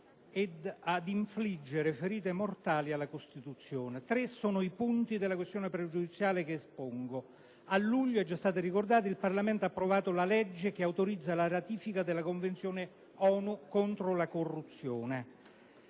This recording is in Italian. e ad infliggere ferite mortali alla Costituzione. Tre sono i punti della questione pregiudiziale che espongo: a luglio, com'è già stato ricordato, il Parlamento ha approvato la legge che autorizza la ratifica della Convenzione ONU contro la corruzione.